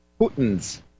Putin's